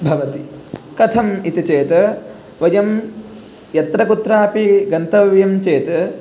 भवति कथम् इति चेत् वयं यत्र कुत्रापि गन्तव्यं चेत्